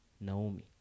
Naomi